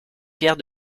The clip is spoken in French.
pierre